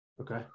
Okay